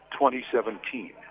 2017